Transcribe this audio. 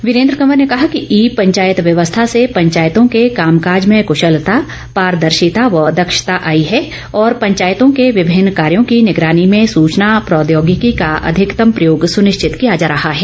वीरेन्द्र कंवर ने कहा कि ई पंचायत व्यवस्था से पंचायतों के कामकाज में कूशलता पारदर्शिता व दक्षता आई है और पंचायतों के विभिन्न कार्यों की निगरानी में सूचना प्रौद्योगिकी का अधिकतम प्रयोग सुनिश्चित किया जा रहा है